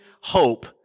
hope